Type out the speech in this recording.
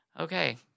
okay